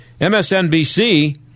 MSNBC